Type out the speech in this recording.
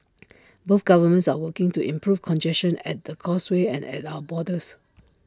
both governments are working to improve congestion at the causeway and at our borders